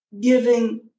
giving